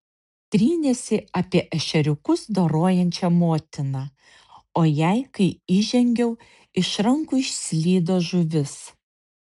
trynėsi apie ešeriukus dorojančią motiną o jai kai įžengiau iš rankų išslydo žuvis